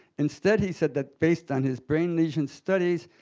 instead, he said that based on his brain lesion studies,